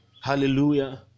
Hallelujah